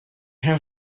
how